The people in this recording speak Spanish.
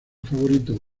favorito